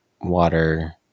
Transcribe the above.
water